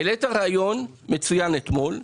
העלית רעיון מצוין אתמול,